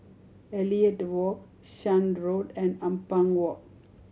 Elliot Walk Shan Road and Ampang Walk